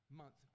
month